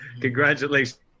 Congratulations